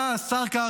אתה השר קרעי,